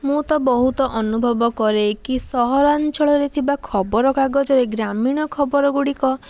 ମୁଁ ତ ବହୁତ ଅନୁଭବ କରେଇକି ସହରାଞ୍ଚଳରେ ଥିବା ଖବରକାଗଜରେ ଗ୍ରାମୀଣ ଖବରଗୁଡ଼ିକ